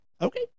Okay